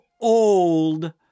old